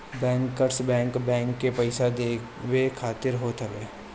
bankers bank, bank के पईसा देवे खातिर होत हवे